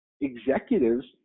executives